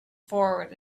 forward